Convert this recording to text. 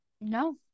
No